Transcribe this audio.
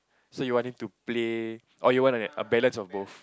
so you want him to play or you want like that a balance of both